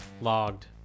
logged